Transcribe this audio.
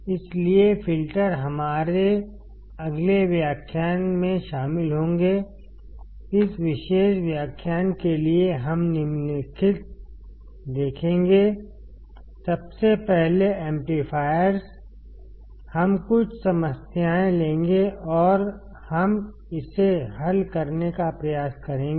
इसलिए फ़िल्टर हमारे अगले व्याख्यान में शामिल होंगे इस विशेष व्याख्यान के लिए हम निम्नलिखित देखेंगे सबसे पहले एम्पलीफाएर्स हम कुछ समस्याएं लेंगे और हम इसे हल करने का प्रयास करेंगे